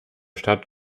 stadt